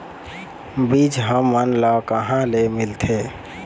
बीज हमन ला कहां ले मिलथे?